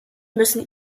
müssen